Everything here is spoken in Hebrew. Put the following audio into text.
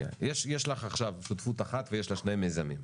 יש לך עכשיו שותפות אחת ויש לה שני מיזמים,